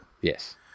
Yes